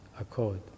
accord